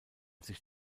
sich